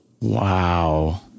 Wow